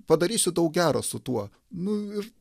padarysiu daug gero su tuo nu ir